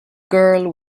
girl